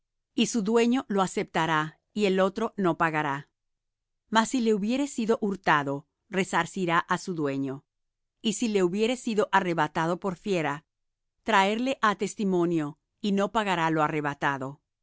y su dueño lo aceptará y el otro no pagará mas si le hubiere sido hurtado resarcirá á su dueño y si le hubiere sido arrebatado por fiera traerle ha testimonio y no pagará lo arrebatado